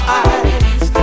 eyes